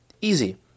easy